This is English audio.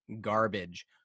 garbage